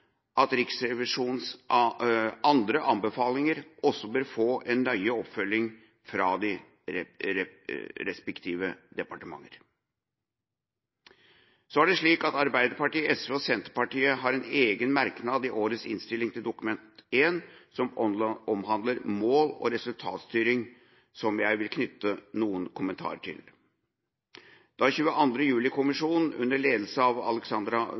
at Riksrevisjonens andre anbefalinger også bør få en nøye oppfølging fra de respektive departementer. Arbeiderpartiet, SV, Senterpartiet og Miljøpartiet De Grønne har en egen merknad i årets innstilling basert på Dokument 1, Innst. 123 S for 2013–2014, som omhandler mål- og resultatstyring, som jeg vil knytte noen kommentarer til. Da 22. juli-kommisjonen under ledelse av